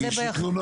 תגישי תלונה.